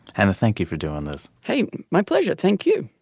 and thank you for doing this. hey my pleasure. thank you